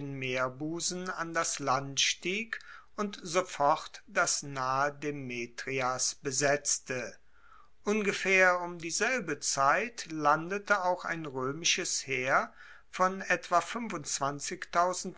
meerbusen an das land stieg und sofort das nahe demetrias besetzte ungefaehr um dieselbe zeit landete auch ein roemisches heer von etwa